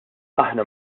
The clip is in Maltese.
aħna